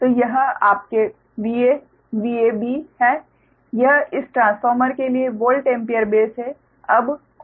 तो यह आपके VA B है यह इस ट्रांसफॉर्मर के लिए वोल्ट एम्पीयर बेस है